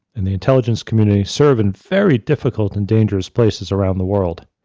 and the intelligence community serve in very difficult and dangerous places around the world.